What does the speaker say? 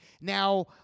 now